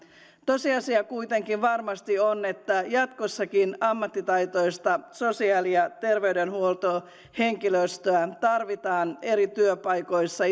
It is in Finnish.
tosiasia kuitenkin varmasti on että jatkossakin ammattitaitoista sosiaali ja terveydenhuoltohenkilöstöä tarvitaan eri työpaikoissa